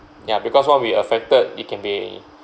ya because once we affected it can be